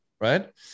right